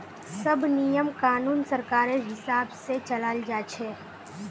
सब नियम कानून सरकारेर हिसाब से चलाल जा छे